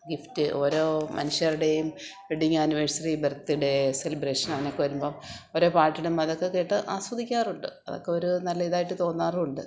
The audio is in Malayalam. ഗിഫ്റ്റ് ഓരോ മനുഷ്യരുടെയും വെഡിങ് ആനിവേഴ്സറി ബർത്ത് ഡേ സെലിബ്രേഷനൊ അങ്ങനൊക്കെ വരുമ്പോള് ഓരോ പാട്ടിടും അതൊക്കെ കേട്ട് ആസ്വദിക്കാറുണ്ട് അതൊക്കെ ഒരു നല്ല ഇതായിട്ട് തോന്നാറുമുണ്ട്